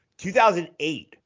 2008